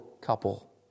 couple